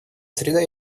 среда